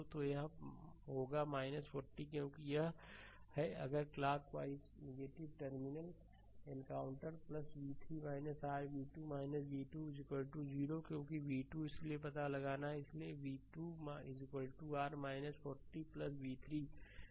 तो यह होगा 40 क्योंकि यह है अगर clockwise terminal encounter v3 r v2 v2 0 क्योंकि v2 इसलिए पता लगाना है इसलिए v2 r 40 v3